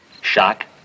Shock